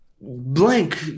Blank